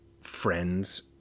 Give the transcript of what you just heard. friends